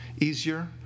easier